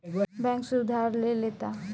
bank से उधार ले लेता